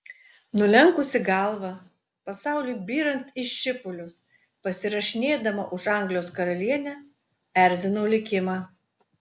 nulenkusi galvą pasauliui byrant į šipulius pasirašinėdama už anglijos karalienę erzinau likimą